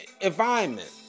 environment